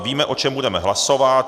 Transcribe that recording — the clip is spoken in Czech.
Víme, o čem budeme hlasovat.